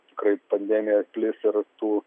tikrai pandemija plis ir tų